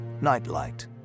Nightlight